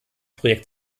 projekt